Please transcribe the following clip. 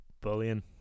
bullying